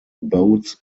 boats